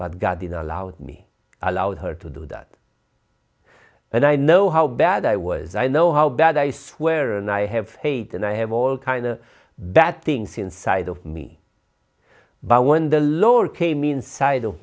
but god in allows me a loud her to do that and i know how bad i was i know how bad i swear and i have hate and i have all kinds of bad things inside of me but when the lower came inside of